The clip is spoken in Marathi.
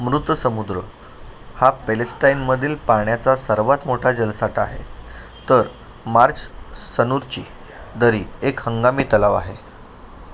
मृत समुद्र हा पॅलेस्ताईनमधील पाण्याचा सर्वात मोठा जलसाठा आहे तर मार्च सनुरची दरी एक हंगामी तलाव आहे